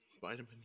vitamin